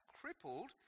crippled